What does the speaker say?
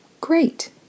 Great